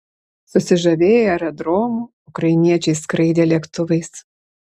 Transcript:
susižavėję aerodromu ukrainiečiai skraidė lėktuvais